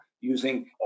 using